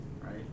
right